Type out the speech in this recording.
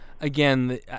Again